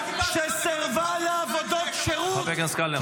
שסירבה לעבודות שירות -- חבר הכנסת קלנר,